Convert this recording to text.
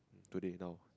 today now